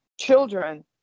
children